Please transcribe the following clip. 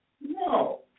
No